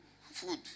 food